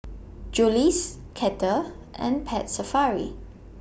Julie's Kettle and Pet Safari